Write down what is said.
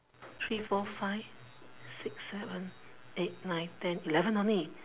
three four five six seven eight nine ten eleven only